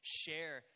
share